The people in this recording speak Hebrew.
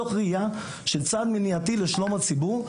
מתוך ראייה של צעד מניעתי לשלום הציבור,